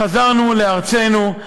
חזרנו לארצנו,